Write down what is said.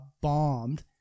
bombed